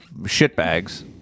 shitbags